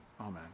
amen